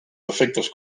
defectes